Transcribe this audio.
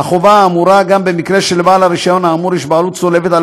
החובה האמורה גם במקרה שלבעל הרישיון האמור יש בעלות צולבת עם